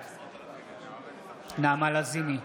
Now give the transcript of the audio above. בעד נעמה לזימי,